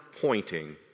pointing